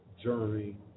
journey